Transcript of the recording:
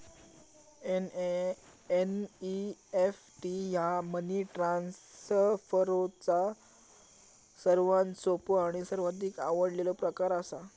NEFT ह्या money ट्रान्सफरचो सर्वात सोपो आणि सर्वाधिक आवडलेलो प्रकार असा